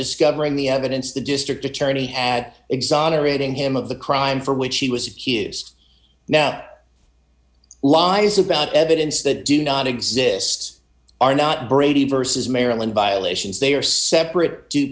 discovering the evidence the district attorney had exonerating him of the crime for which he was accused now lies about evidence that do not exists are not brady versus maryland violations they are separate due